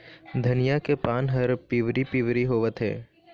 धनिया के पान हर पिवरी पीवरी होवथे?